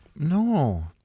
No